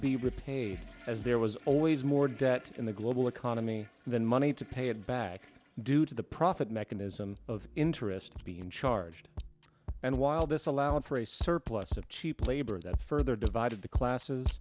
be repaid as there was always more debt in the global economy than money to pay it back due to the profit mechanism of interest being charged and while this allowed for a surplus of cheap labor that further divided the classes